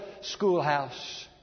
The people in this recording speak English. schoolhouse